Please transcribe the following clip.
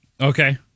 Okay